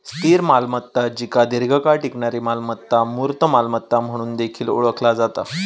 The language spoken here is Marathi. स्थिर मालमत्ता जिका दीर्घकाळ टिकणारी मालमत्ता, मूर्त मालमत्ता म्हणून देखील ओळखला जाता